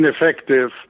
ineffective